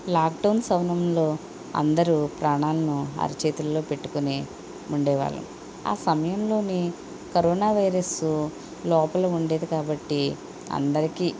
lockdown సమయంలో అందరు ప్రాణాలను అరిచేతుల్లో పెట్టుకుని ఉండే వాళ్ళం ఆ సమయంలోని కరోనా వైరస్సు లోపల ఉండేది కాబట్టి అందరికి